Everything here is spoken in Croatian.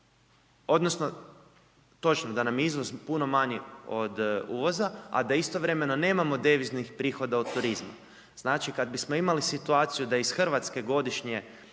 odnosno, točno, da nam je izvoz puno manji od uvoza, a da istovremeno nemamo deviznih prihoda od turizma. Znači kad bismo imali situaciju da iz Hrvatske godišnje